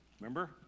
Remember